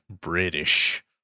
British